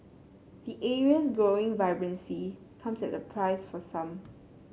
the area's growing vibrancy comes at a price for some